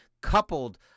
coupled